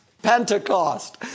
pentecost